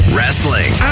Wrestling